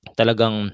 talagang